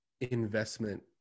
investment